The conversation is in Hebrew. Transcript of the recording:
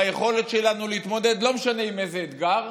ביכולת שלנו להתמודד לא משנה עם איזה אתגר,